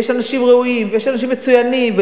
ויש אנשים ראויים ויש אנשים מצוינים,